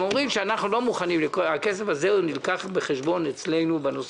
הם אומרים שהכסף הזה נלקח בחשבון אצלם.